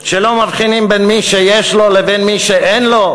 שלא מבחינים בין מי שיש לו לבין מי שאין לו,